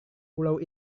pulau